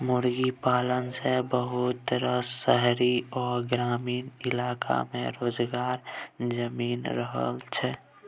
मुर्गी पालन सँ बहुत रास शहरी आ ग्रामीण इलाका में रोजगार जनमि रहल छै